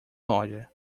loja